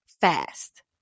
fast